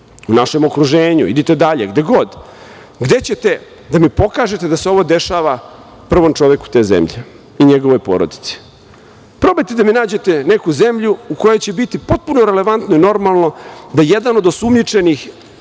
u našem okruženju, idite dalje, gde god, gde ćete da mi pokažete da se ovo dešava prvom čoveku te zemlje i njegovoj porodici. Probajte da mi nađete neku zemlju u kojoj će biti potpuno relevantno i normalno da jedan od osumnjičenih,